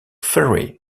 ferry